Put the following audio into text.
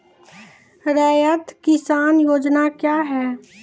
रैयत किसान योजना क्या हैं?